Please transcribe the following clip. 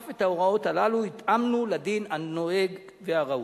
אף את ההוראות הללו התאמנו לדין הנוהג והראוי.